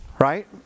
Right